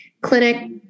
clinic